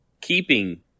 keeping